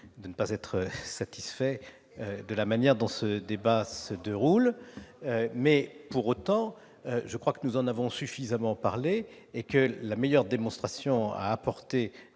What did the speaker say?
de ne pas être satisfaits de la manière dont ce débat se déroule. Les uns et les autres ! Pour autant, je crois que nous en avons suffisamment parlé et que la meilleure démonstration que